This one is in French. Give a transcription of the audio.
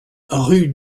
rue